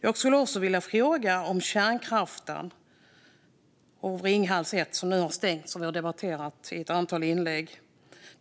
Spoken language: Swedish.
Jag skulle också vilja fråga om kärnkraften och Ringhals 1, som nu har stängt och som vi har debatterat i ett antal inlägg.